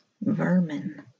vermin